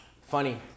funny